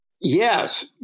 Yes